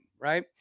right